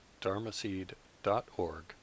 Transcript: dharmaseed.org